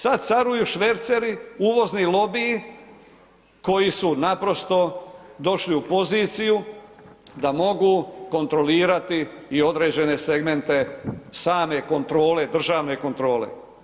Sada caruju šverceri, uvozni lobij koji su došli u poziciju da mogu kontrolirati i određene segmente same kontrole, državne kontrole.